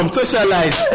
socialize